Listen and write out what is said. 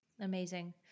Amazing